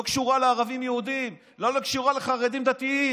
לא קשורה לערבים יהודים, לא קשורה לחרדים דתיים.